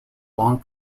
long